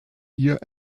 ihr